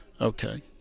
Okay